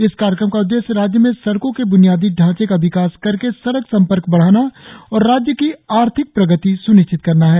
इस कार्यक्रम का उद्देश्य राज्य में सड़कों के बुनियादी ढांचे का विकास करके सड़क संपर्क बढ़ाना और राज्य की आर्थिक प्रगति सुनिश्चित करना है